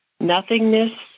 nothingness